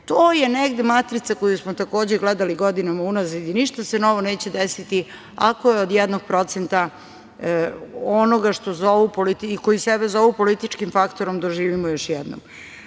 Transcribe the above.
je negde matrica koju smo takođe gledali godinama unazad i ništa se novo neće desiti ako je od 1% onoga što zovu i koji sebe zovu političkim faktorom doživimo još jednom. Dakle,